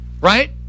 right